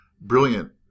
brilliant